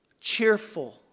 cheerful